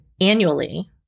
annually